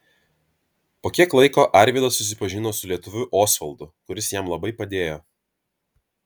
po kiek laiko arvydas susipažino su lietuviu osvaldu kuris jam labai padėjo